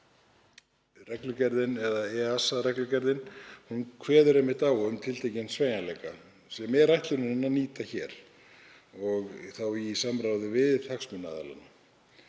sagði áðan, að EASA-reglugerðin kveður einmitt á um tiltekinn sveigjanleika sem er ætlunin að nýta hér og þá í samráði við hagsmunaaðila